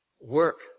Work